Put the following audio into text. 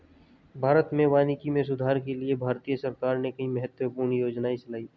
भारत में वानिकी में सुधार के लिए भारतीय सरकार ने कई महत्वपूर्ण योजनाएं चलाई